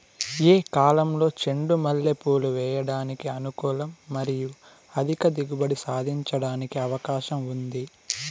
ఏ కాలంలో చెండు మల్లె పూలు వేయడానికి అనుకూలం మరియు అధిక దిగుబడి సాధించడానికి అవకాశం ఉంది?